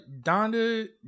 Donda